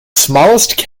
smallest